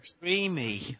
dreamy